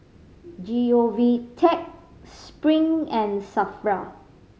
G O V Tech Spring and SAFRA